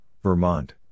Vermont